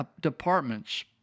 departments